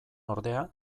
ordea